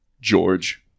George